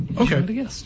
Okay